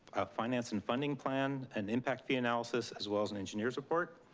a finance and funding plan, an impact p-analysis as well as an engineer's report.